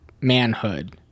manhood